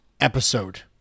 episode